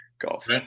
Golf